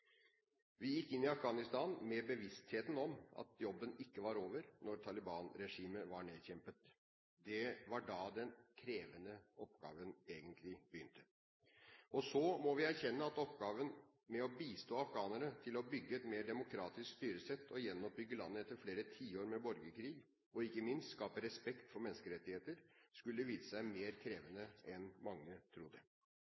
Vi gikk inn i Afghanistan med bevisstheten om at jobben ikke var over når Taliban-regimet var nedkjempet. Det var da den krevende oppgaven egentlig begynte. Så må vi erkjenne at oppgaven med å bistå afghanerne med å bygge et mer demokratisk styresett og gjenoppbygge landet etter flere tiår med borgerkrig og, ikke minst, skape respekt for menneskerettigheter skulle vise seg mer krevende